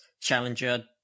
Challenger